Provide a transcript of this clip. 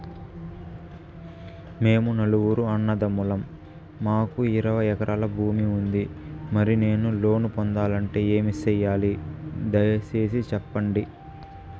మేము నలుగురు అన్నదమ్ములం మాకు ఇరవై ఎకరాల భూమి ఉంది, మరి నేను లోను పొందాలంటే ఏమి సెయ్యాలి? దయసేసి సెప్పండి?